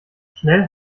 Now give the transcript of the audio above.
schnell